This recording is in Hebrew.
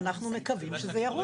ואנחנו מקווים שזה ירוץ.